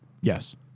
Yes